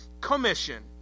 Commission